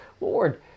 Lord